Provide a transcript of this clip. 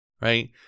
right